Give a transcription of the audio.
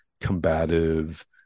combative